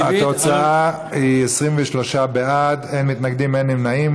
(מדיניות חיסונים לאומית ותמריצים להתחסנות),